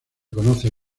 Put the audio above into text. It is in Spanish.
conoce